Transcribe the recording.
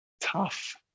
tough